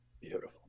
Beautiful